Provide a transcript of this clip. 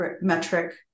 metric